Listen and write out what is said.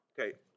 Okay